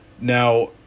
Now